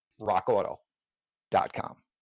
rockauto.com